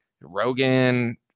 Rogan